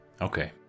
okay